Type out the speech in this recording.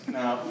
now